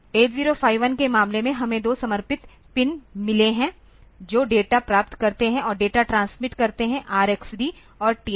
8051 के मामले में हमें दो समर्पित पिन मिले हैं जो डेटा प्राप्त करते हैं और डेटा ट्रांसमिट करते हैं RxD और TxD